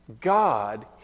God